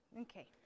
Okay